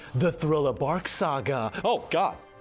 the thriller bark saga! oh god!